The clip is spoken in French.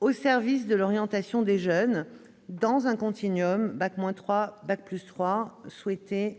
au service de l'orientation des jeunes, dans un continuum du bac-3 au bac+3